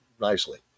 nicely